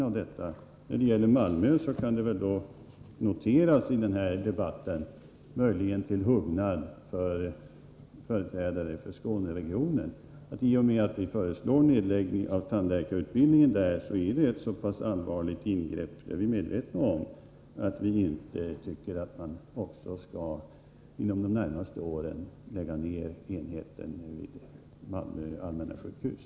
Angående Malmö kan det i denna debatt noteras, möjligen till hugnad för Skåneregionens företrädare, att nedläggningen av tandläkarutbildningen är ett så allvarligt ingrepp, vilket vi är medvetna om, att vi inte tycker att man inom de närmaste åren också skall minska dimensioneringen vid Malmö Allmänna sjukhus.